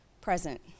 present